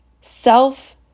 self